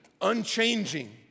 unchanging